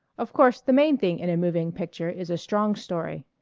of course the main thing in a moving picture is a strong story.